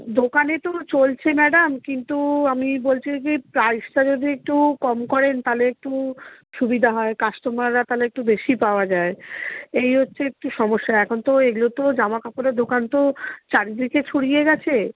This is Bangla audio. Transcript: দোকানে তো চলছে ম্যাডাম কিন্তু আমি বলছি যে ওই প্রাইসটা যদি একটু কম করেন তাহলে একটু সুবিধা হয় কাস্টমাররা তাহলে একটু বেশি পাওয়া যায় এই হচ্ছে একটু সমস্যা এখন তো এগুলো তো জামাকাপড়ের দোকান তো চারিদিকে ছড়িয়ে গিয়েছে